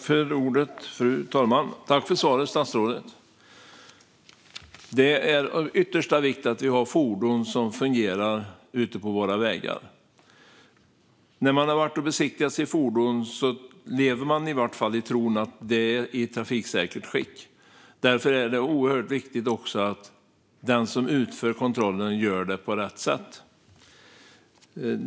Fru talman! Jag tackar statsrådet för svaret. Det är av yttersta vikt att fordonen ute på våra vägar fungerar. När man har besiktigat sitt fordon lever man i tron att det är i trafiksäkert skick. Därför är det oerhört viktigt att den som utför kontrollen gör det på rätt sätt.